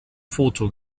photo